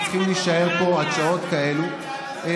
שבסופו של דבר הוא על חשבון עובדי הכנסת, לא